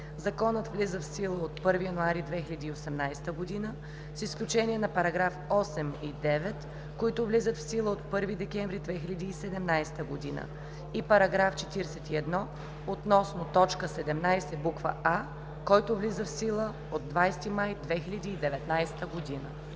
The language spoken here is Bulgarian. Законът влиза в сила от 1 януари 2018 г. с изключение на § 8 и § 9, които влизат в сила от 1 декември 2017 г., и § 41 относно т. 17, буква „а“, който влиза в сила от 20 май 2019 г.“.